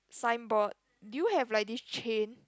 signboard do you have like this chain